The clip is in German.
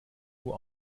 nur